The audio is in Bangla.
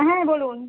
হ্যাঁ বলুন